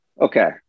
Okay